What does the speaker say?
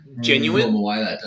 genuine